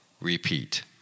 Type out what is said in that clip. repeat